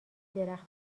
درخت